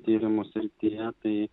tyrimų srityje tai